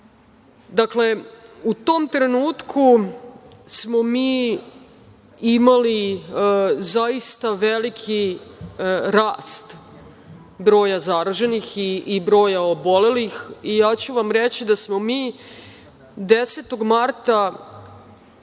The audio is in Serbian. znati. Dakle u tom trenutku smo mi imali zaista veliki rast broja zaraženih i broja obolelih i ja ću vam reći da smo mi 10. marta